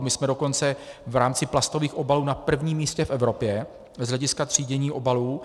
My jsme dokonce v rámci plastových obalů na prvním místě v Evropě z hlediska třídění obalů.